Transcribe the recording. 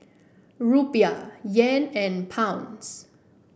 Rupiah Yen and Pound